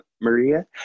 Maria